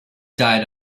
diet